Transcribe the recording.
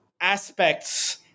aspects